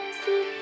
see